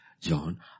John